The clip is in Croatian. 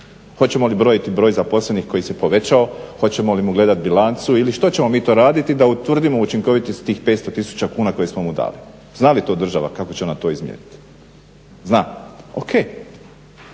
Hoćemo li brojiti broj zaposlenih koji se povećao, hoćemo li mu gledat bilancu ili što ćemo mi to raditi da utvrdimo učinkovitost tih 500 000 kuna koje smo mu dali. Zna li to država kako će ona to izmjeriti? Zna, ok.